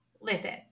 listen